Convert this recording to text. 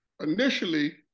Initially